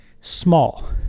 small